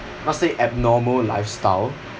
not say abnormal lifestyle